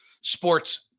sports